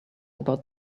about